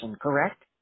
Correct